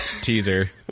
teaser